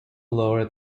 lower